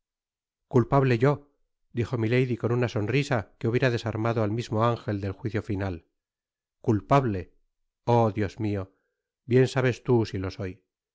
culpable yo dijo milady con una sonrisa que hubiera desarmado al mismo ángel del juicio final culpable oh dios mio bien sabes tú si lo soy